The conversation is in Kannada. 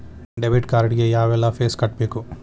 ಡೆಬಿಟ್ ಕಾರ್ಡ್ ಗೆ ಯಾವ್ಎಲ್ಲಾ ಫೇಸ್ ಕಟ್ಬೇಕು